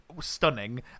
stunning